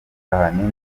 ahanini